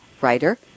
writer